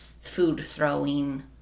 food-throwing